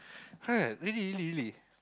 !huh! really really really